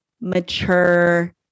mature